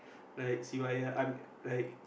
like Sivaya I'm like